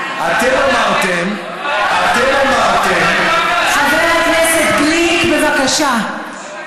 אתם אמרתם, אתם אמרתם, חבר הכנסת גליק, בבקשה.